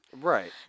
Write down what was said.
Right